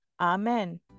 amen